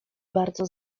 bardzo